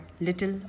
little